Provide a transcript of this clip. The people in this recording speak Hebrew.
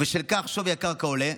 ובשל כך שווי הקרקע עולה,